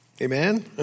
Amen